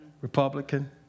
Republican